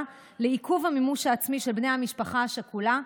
לעיכוב המימוש העצמי של בני המשפחה השכולה,